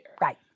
Right